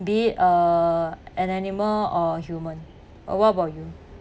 be it a an animal or a human uh what about you